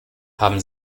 haben